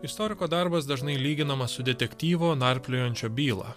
istoriko darbas dažnai lyginamas su detektyvo narpliojančio bylą